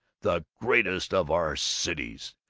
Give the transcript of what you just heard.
the greatest of our cities.